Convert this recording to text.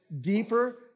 deeper